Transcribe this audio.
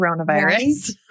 coronavirus